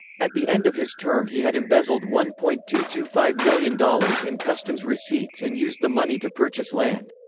at the end of his term he had embezzled one point two two five million dollars in customs receipts and used the money to purchase land.